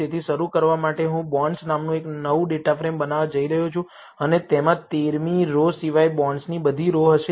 તેથી શરૂ કરવા માટે હું બોન્ડ્સ નામનું એક નવું ડેટાફ્રેમ બનાવવા જઇ રહ્યો છું અને તેમાં 13 મી રો સિવાય બોન્ડ્સની બધી રો હશે